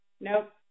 nope